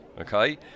Okay